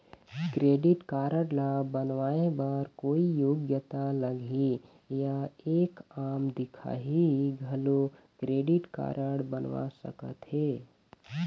Credit card ला बनवाए बर कोई योग्यता लगही या एक आम दिखाही घलो क्रेडिट कारड बनवा सका थे?